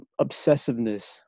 obsessiveness